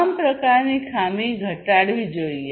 તમામ પ્રકારની ખામી ઘટાડવી જોઈએ